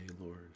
Lord